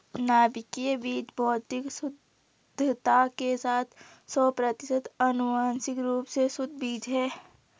नाभिकीय बीज भौतिक शुद्धता के साथ सौ प्रतिशत आनुवंशिक रूप से शुद्ध बीज है